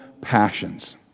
passions